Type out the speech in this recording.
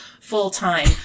full-time